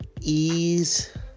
ease